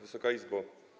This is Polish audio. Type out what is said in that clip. Wysoka Izbo!